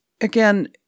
again